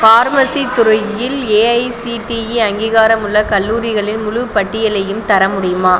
pharmacy துறையில் AICTE அங்கீகாரமுள்ள கல்லூரிகளின் முழுப் பட்டியலையும் தர முடியுமா